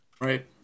Right